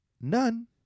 None